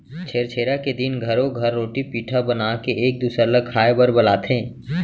छेरछेरा के दिन घरो घर रोटी पिठा बनाके एक दूसर ल खाए बर बलाथे